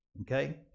okay